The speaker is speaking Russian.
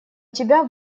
тебя